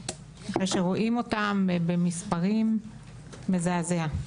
אחרי שרואים אותם במספרים, מזעזע.